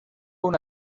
una